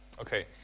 Okay